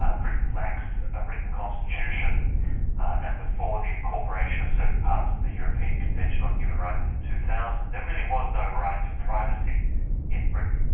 um britain lacks a written constitution and before the incorporation of certain parts of the european convention on human rights in two thousand, there really was no right to privacy in britain.